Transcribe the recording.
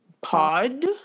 Pod